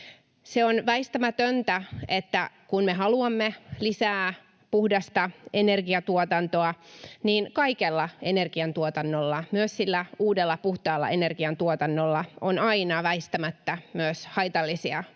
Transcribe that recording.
Se on väistämätöntä, että kun me haluamme lisää puhdasta energiantuotantoa, niin kaikella energiantuotannolla, myös sillä uudella puhtaalla energiantuotannolla, on aina väistämättä myös haitallisia vaikutuksia